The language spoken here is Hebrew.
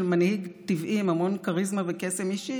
מנהיג טבעי עם המון כריזמה וקסם אישי,